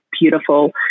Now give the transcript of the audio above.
beautiful